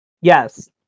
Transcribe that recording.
Yes